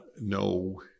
No